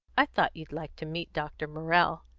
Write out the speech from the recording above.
i thought you'd like to meet dr. morrell.